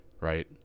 right